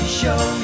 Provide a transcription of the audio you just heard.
show